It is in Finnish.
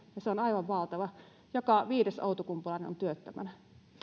se on aivan valtava luku joka viides outokumpulainen on työttömänä